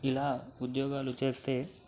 ఇలా ఉద్యోగాలు చేస్తే